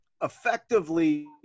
effectively